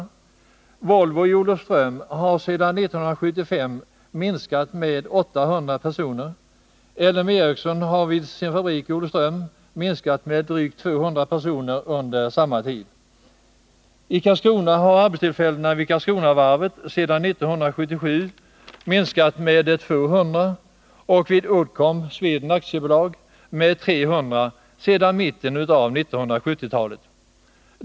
Sysselsättningen vid Volvo i Olofström har sedan 1975 minskat med 800 personer. I L M Ericssons fabrik i Olofström har den minskat med drygt 200 personer under samma tid. I Karlskrona har antalet arbetstillfällen vid Karlskronavarvet sedan 1977 minskat med 200, och vid Uddcomb Sweden AB har antalet minskat med 300 sedan mitten av 1970-talet.